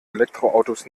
elektroautos